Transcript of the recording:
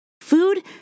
Food